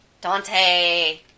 Dante